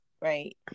right